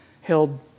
held